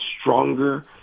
stronger